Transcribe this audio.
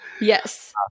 Yes